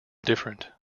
different